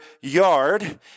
yard